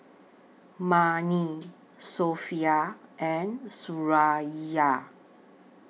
Murni Sofea and Suraya